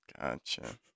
Gotcha